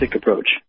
approach